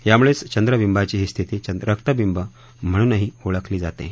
यामुळेच चंद्रबिंबाची ही स्थिती रक्तबिंब म्हणूनही ओळखली जाते